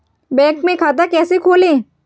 Bank में खाता कैसे खोलें?